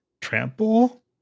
trample